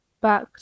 back